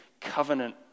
covenant